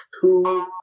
two